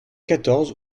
quatorze